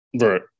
Right